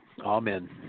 Amen